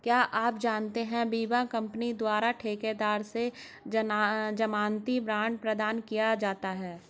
क्या आप जानते है बीमा कंपनी द्वारा ठेकेदार से ज़मानती बॉण्ड प्रदान किया जाता है?